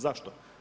Zašto?